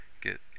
get